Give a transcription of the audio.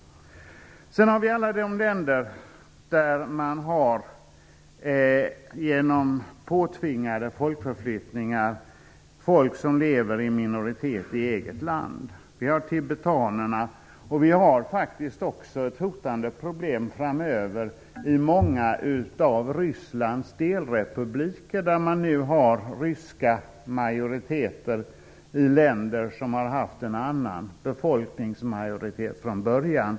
Sedan har vi alla de länder där man genom påtvingade folkförflyttningar har folk som lever i minoritet i eget land. Vi har tibetanerna, och vi har faktiskt också ett hotande problem framöver i många av Rysslands delrepubliker, där man nu har ryska majoriteter i länder som har haft en annan befolkningsmajoritet från början.